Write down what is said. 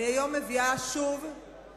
היום אני שוב מביאה את חוק הקולנוע